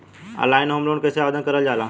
Online home loan कैसे आवेदन करल जा ला?